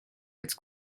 its